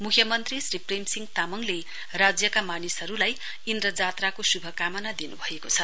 मुख्यमन्त्री श्री प्रेमसिंह तामङले राज्यका मानिसहरुलाई इन्द्रजात्राको शुभकामना दिनुभएको छ